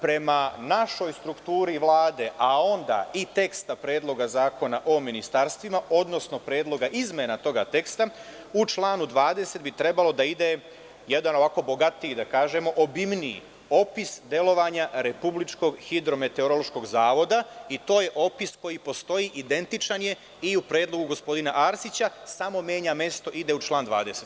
Prema našoj strukturi Vlade, a onda i teksta Predloga zakona o ministarstvima, odnosno predloga izmena toga teksta, u članu 20. bi trebalo da ide jedan bogatiji, obimniji opis delovanja Republičkog hidrometeorološkog zavoda i to je opis koji postoji, identičan je, i u predlogu gospodina Arsića, samo menja mesto, ide u član 20.